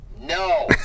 no